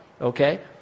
okay